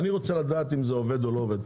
אני רוצה לדעת אם זה עובד או לא עובד.